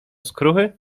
skruchy